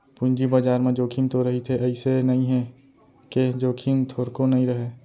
पूंजी बजार म जोखिम तो रहिथे अइसे नइ हे के जोखिम थोरको नइ रहय